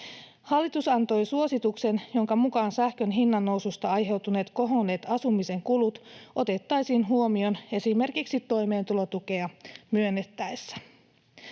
Hallitus antoi suosituksen, jonka mukaan sähkön hinnannoususta aiheutuneet kohonneet asumisen kulut otettaisiin huomioon esimerkiksi toimeentulotukea myönnettäessä.